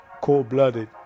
cold-blooded